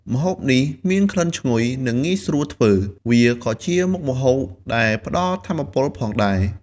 ម្ហូបនេះមានក្លិនឈ្ងុយឆ្ងាញ់ និងងាយស្រួលធ្វើ វាក៏ជាមុខម្ហូបដែលផ្ដល់ថាមពលផងដែរ។